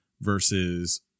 versus